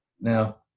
Now